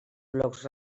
blocs